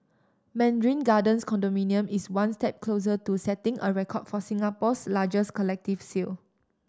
Mandarin Gardens condominium is one step closer to setting a record for Singapore's largest collective sale